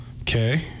Okay